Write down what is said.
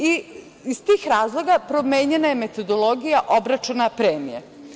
Iz tih razloga promenjena je metodologija obračuna premije.